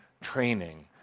training